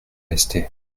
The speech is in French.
rester